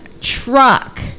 truck